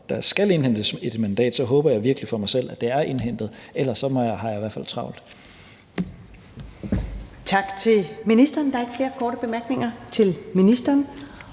der skal indhentes et mandat, håber jeg virkelig for mig selv, at det er indhentet, for ellers har jeg i hvert fald travlt. Kl. 15:30 Første næstformand (Karen Ellemann): Tak til ministeren.